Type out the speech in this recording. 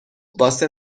واسه